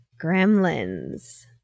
gremlins